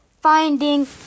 Finding